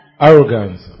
Arrogance